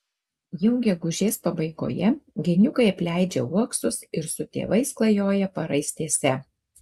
jau gegužės pabaigoje geniukai apleidžia uoksus ir su tėvais klajoja paraistėse